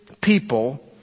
people